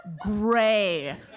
gray